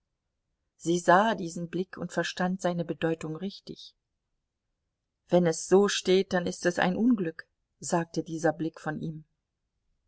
sie sah diesen blick und verstand seine bedeutung richtig wenn es so steht dann ist es ein unglück sagte dieser blick von ihm